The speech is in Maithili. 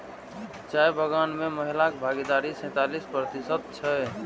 चाय बगान मे महिलाक भागीदारी सैंतालिस प्रतिशत छै